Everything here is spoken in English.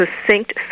succinct